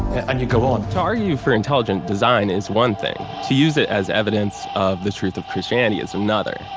and you go on. to argue for intelligent design is one thing. to use it as evidence of the truth of christianity is another.